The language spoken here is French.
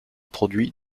produits